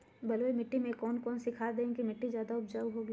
बलुई मिट्टी में कौन कौन से खाद देगें की मिट्टी ज्यादा उपजाऊ होगी?